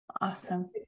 awesome